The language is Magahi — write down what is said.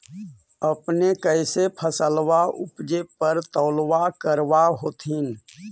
अपने कैसे फसलबा उपजे पर तौलबा करबा होत्थिन?